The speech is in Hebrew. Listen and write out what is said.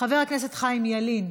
חבר הכנסת חיים ילין,